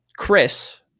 Chris